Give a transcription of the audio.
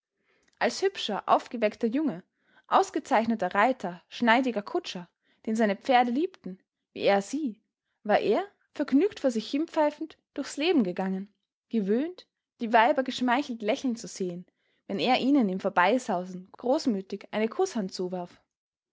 als hübscher aufgeweckter junge ausgezeichneter reiter schneidiger kutscher den seine pferde liebten wie er sie war er vergnügt vor sich hin pfeifend durch's leben gegangen gewöhnt die weiber geschmeichelt lächeln zu sehen wenn er ihnen im vorbeisausen großmütig eine kußhand zuwarf